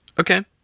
Okay